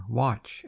watch